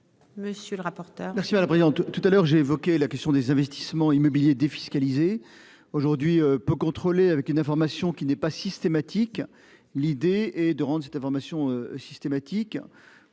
Monsieur le rapporteur.